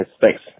Thanks